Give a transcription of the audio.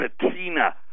patina